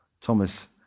Thomas